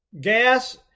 gas